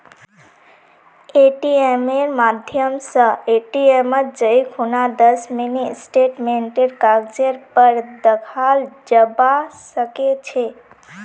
एटीएमेर माध्यम स एटीएमत जाई खूना दस मिनी स्टेटमेंटेर कागजेर पर दखाल जाबा सके छे